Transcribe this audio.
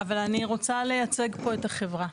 אבל אני רוצה לייצג פה את החברה.